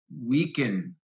weaken